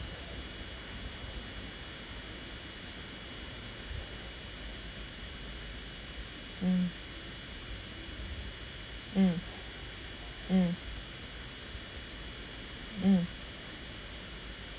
mm mm mm mm